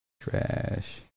trash